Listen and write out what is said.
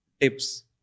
tips